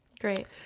great